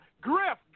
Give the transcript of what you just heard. Griff